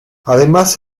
además